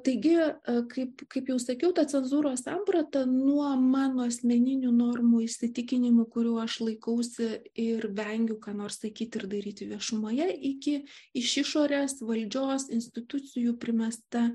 taigi kaip kaip jau sakiau ta cenzūros samprata nuo mano asmeninių normų įsitikinimų kurių aš laikausi ir vengiu ką nors sakyti ir daryti viešumoje iki iš išorės valdžios institucijų primesta